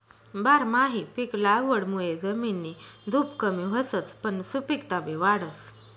बारमाही पिक लागवडमुये जमिननी धुप कमी व्हसच पन सुपिकता बी वाढस